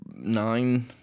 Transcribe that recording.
Nine